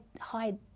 hide